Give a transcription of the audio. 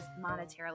monetarily